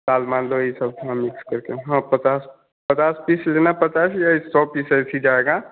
लाल मलदों यह सब हाँ मिक्स करके हाँ यह सब पचास पचास पीस लेना पचास या सौ पीस ऐसे ही जाएगा